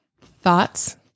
Thoughts